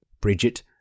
Bridget